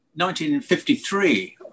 1953